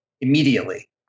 immediately